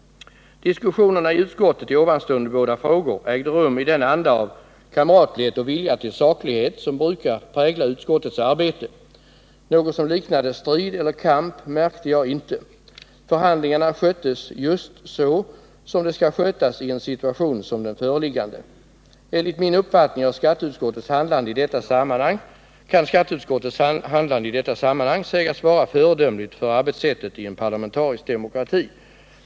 Diskussionerna i utskottet i dessa båda frågor ägde rum i den anda av kamratlighet och vilja till saklighet som brukar prägla utskottets arbete. Något som liknade ”strid” eller ”kamp” märkte jag inte. Förhandlingarna sköttes just så som de skall skötas i en situation som den föreliggande. Enligt min uppfattning kan skatteutskottets handlande i detta sammanhang sägas vara föredömligt för arbetssättet i en parlamentarisk demokrati.